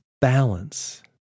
balance